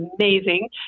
amazing